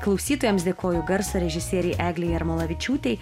klausytojams dėkoju garso režisierei eglei jarmolavičiūtei